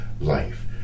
life